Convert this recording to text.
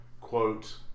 quote